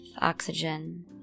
oxygen